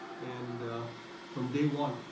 and from day one,